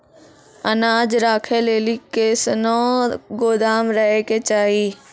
अनाज राखै लेली कैसनौ गोदाम रहै के चाही?